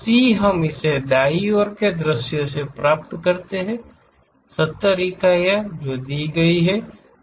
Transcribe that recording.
C हम इसे दाईं ओर के दृश्य से प्राप्त करेंगे 70 इकाइयाँ जो दी गई हैं